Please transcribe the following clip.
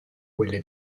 quelle